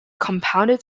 compounded